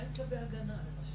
מה עם צווי הגנה למשל?